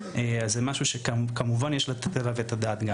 אז זה משהו שכמובן יש לתת עליו את הדעת גם.